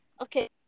Okay